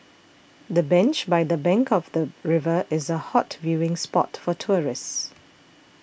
the bench by the bank of the river is a hot viewing spot for tourists